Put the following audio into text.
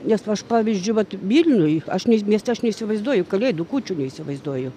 nes aš pavyzdžiui vat vilniuj aš mieste aš neįsivaizduoju kalėdų kūčių neįsivaizduoju